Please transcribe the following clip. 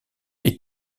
est